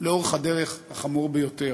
לאורך הדרך, החמור ביותר: